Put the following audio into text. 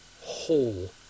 whole